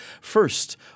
first